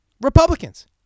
Republicans